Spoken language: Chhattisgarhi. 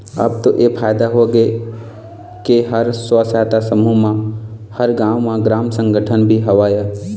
अब तो ऐ फायदा होगे के हर स्व सहायता समूह म हर गाँव म ग्राम संगठन भी हवय